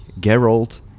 Geralt